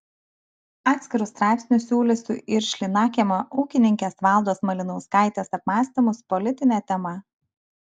atskiru straipsniu siūlysiu ir šlynakiemio ūkininkės valdos malinauskaitės apmąstymus politine tema